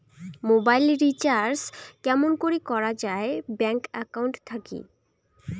Mobile recharge কেমন করি করা যায় ব্যাংক একাউন্ট থাকি?